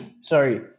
sorry